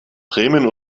bremen